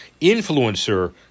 Influencer